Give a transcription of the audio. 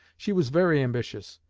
she was very ambitious,